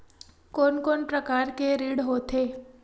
कोन कोन प्रकार के ऋण होथे?